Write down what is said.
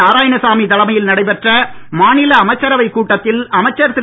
நாராயணசாமி தலைமையில் நடைபெற்ற மாநில அமைச்சரவைக் கூட்டத்தில் அமைச்சர் திரு